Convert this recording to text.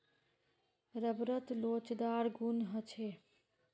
रबरत लोचदार गुण ह छेक